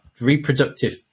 reproductive